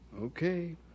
Okay